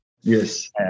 Yes